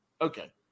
Okay